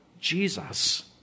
Jesus